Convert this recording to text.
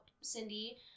cindy